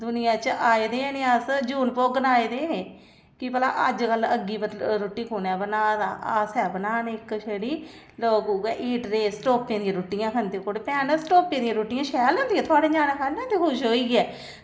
दुनिया च आए दे निं अस जून भोगन आये दे कि भला अजकल्ल अग्गी पर रुट्टी कु'न ऐ बना दा अस गै बनान्ने इक्क छड़ी लोक उ'ऐ हीटरै ते स्टोपें दियां रुट्टियां खंदे ते कुड़ै भैन स्टोपै दियां रुट्टियां शैल होंदियां थुआढ़े ञ्याणें खाई लैंदे खुश होइयै